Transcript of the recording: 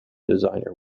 designer